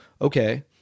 Okay